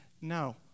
no